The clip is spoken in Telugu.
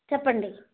చెప్పండి